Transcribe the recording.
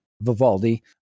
vivaldi